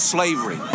slavery